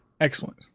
Excellent